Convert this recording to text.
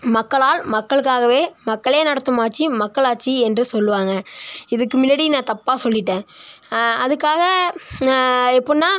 மக்களால் மக்களுக்காகவே மக்களே நடத்தும் ஆட்சி மக்களாட்சி என்று சொல்லுவாங்க இதுக்கு முன்னாடி நான் தப்பாக சொல்லிவிட்டேன் அதுக்காக எப்படின்னா